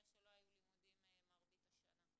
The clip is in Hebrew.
כנראה שלא היו לימודים מרבית השנה.